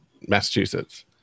Massachusetts